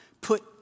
put